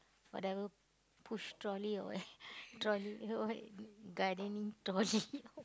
push trolley away trolley away gardening trolley